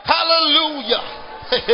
Hallelujah